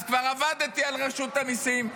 אז כבר עבדתי על הרשות המיסים.